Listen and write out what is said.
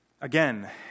Again